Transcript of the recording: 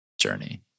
journey